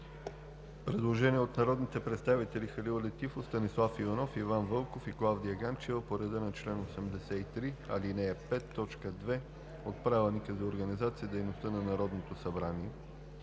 Предложение от народните представители Халил Летифов, Станислав Иванов, Иван Вълков и Клавдия Ганчева по реда на чл. 83, ал. 5, т. 2 от Правилника за организацията и дейността на Народното събрание.